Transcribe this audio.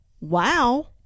Wow